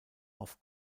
auf